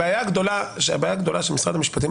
הבעיה הגדולה של משרד המשפטים,